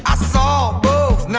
ah saw both